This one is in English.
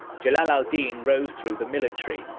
jalal al-din rose through the military,